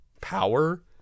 power